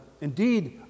Indeed